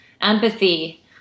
empathy